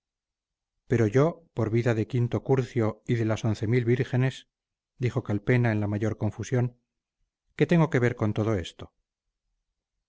pero yo por vida de quinto curcio y de las once mil vírgenes dijo calpena en la mayor confusión qué tengo que ver con todo esto